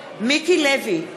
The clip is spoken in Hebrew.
מיקי לוי,